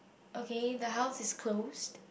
okay the house is closed